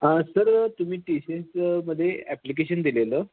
हां सर तुम्ही T C एसमध्ये ॲप्लिकेशन दिलेलं